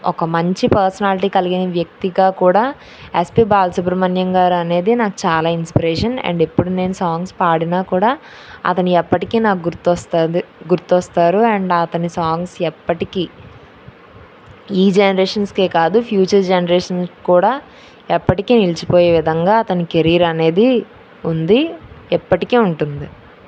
ఒక మంచి పర్సనాలిటీ కలిగిన వ్యక్తిగా కూడా ఎస్పి బాలసుబ్రమణ్యం గారు అనేది నాకు చాలా ఇన్స్పిరేషన్ అండ్ ఇప్పుడు నేను సాంగ్స్ పాడినా కూడా అతను ఎప్పటికీ నాకు గుర్తొస్తుంది గుర్తొస్తారు అండ్ అతని సాంగ్స్ ఎప్పటికీ ఈ జనరేషన్స్కే కాదు ఫ్యూచర్ జనరేషన్స్ కూడా ఎప్పటికీ నిలిచిపోయే విధంగా అతని కెరియర్ అనేది ఉంది ఎప్పటికీ ఉంటుంది